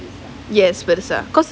yes பெருசா:perusaa because